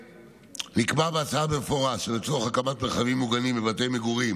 נקבע בהצעה במפורש שלצורך הקמת מרחבים מוגנים בבתי מגורים